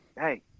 Hey